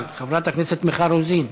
אבל חברת הכנסת מיכל רוזין,